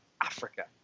Africa